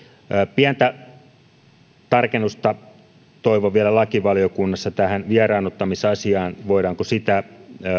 pientä tarkennusta toivon vielä lakivaliokunnassa tähän vieraannuttamisasiaan voidaanko sitä